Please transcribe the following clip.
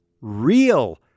real